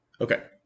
Okay